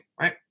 Right